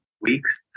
weeks